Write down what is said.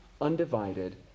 undivided